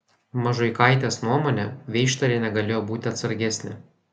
mažuikaitės nuomone veištarienė galėjo būti atsargesnė